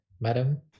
madam